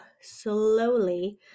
slowly